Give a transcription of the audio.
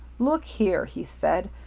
look here he said,